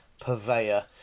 purveyor